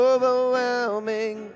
Overwhelming